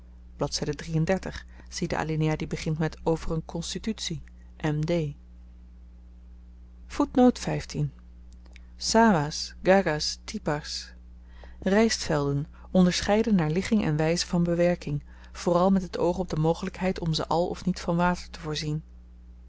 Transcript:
de alinea die begint met over een constitutie sawahs da t tiber rystvelden onderscheiden naar ligging en wyze van bewerking vooral met het oog op de mogelykheid om ze al of niet van water te voorzien